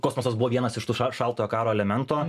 kosmosas buvo vienas iš tų šaltojo karo elemento